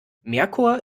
merkur